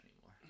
anymore